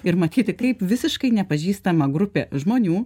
ir matyti kaip visiškai nepažįstama grupė žmonių